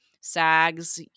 SAG's